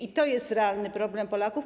I to jest realny problem Polaków.